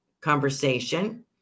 conversation